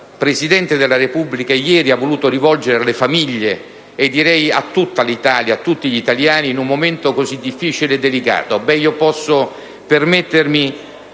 il Presidente della Repubblica ieri ha voluto rivolgere alle famiglie, ma anche a tutta l'Italia e a tutti gli italiani in un momento così difficile e delicato.